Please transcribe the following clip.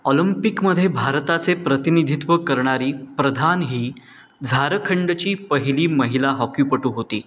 ऑलम्पिकमध्ये भारताचे प्रतिनिधित्व करणारी प्रधान ही झारखंडची पहिली महिला हॉकीपटू होती